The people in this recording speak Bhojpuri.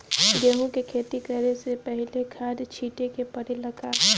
गेहू के खेती करे से पहिले खाद छिटे के परेला का?